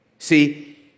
See